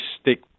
stick